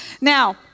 Now